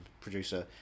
producer